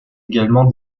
également